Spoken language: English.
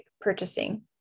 purchasing